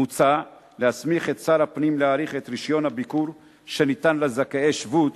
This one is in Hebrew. מוצע להסמיך את שר הפנים להאריך את רשיון הביקור שניתן לזכאי שבות,